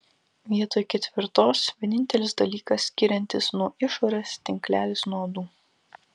vietoj ketvirtos vienintelis dalykas skiriantis nuo išorės tinklelis nuo uodų